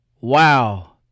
wow